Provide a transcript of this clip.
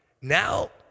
now